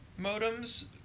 modems